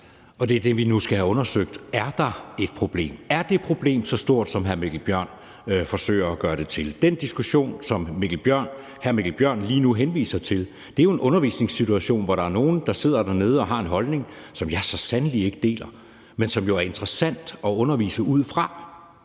Og det er det, vi nu skal have undersøgt. Er der et problem? Er det problem så stort, som hr. Mikkel Bjørn forsøger at gøre det til? Den diskussion, som hr. Mikkel Bjørn lige nu henviser til, handler jo om en undervisningssituation, hvor der er nogle, der sidder dernede og har en holdning, som jeg så sandelig ikke deler, men som jo er interessant at undervise ud fra.